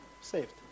saved